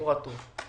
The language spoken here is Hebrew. בבקשה.